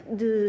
de